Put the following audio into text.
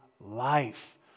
life